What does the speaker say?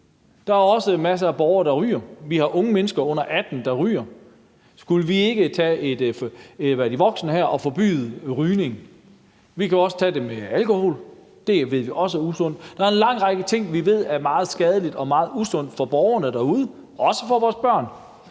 Der er også masser af borgere, der ryger. Vi har unge mennesker under 18 år, der ryger. Skulle vi ikke være de voksne her og forbyde rygning? Vi kan jo også tage alkohol. Det ved vi også er usundt. Der er en lang række ting, vi ved er meget skadelige og meget usunde for borgerne derude og også for vores børn.